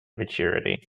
maturity